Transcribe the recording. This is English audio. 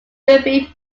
derby